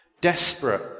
desperate